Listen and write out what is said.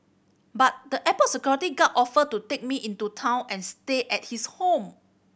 but the airport security guard offered to take me into town and stay at his home